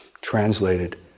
translated